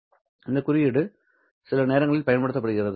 V ¿ இந்த குறியீடும் சில நேரங்களில் பயன்படுத்தப்படுகிறது